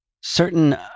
certain